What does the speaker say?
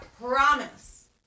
promise